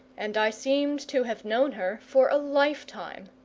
and i seemed to have known her for a lifetime.